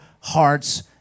hearts